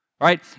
right